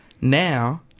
Now